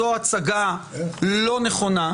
זאת הצגה לא נכונה.